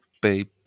baby